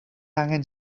angen